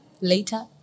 Later